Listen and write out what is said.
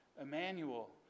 Emmanuel